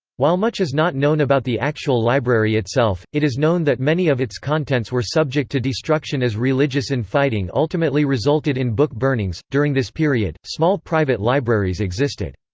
while much is not known about the actual library itself, it is known that many of its contents were subject to destruction as religious in-fighting ultimately resulted in book burnings during this period, small private libraries existed.